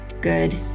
good